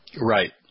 Right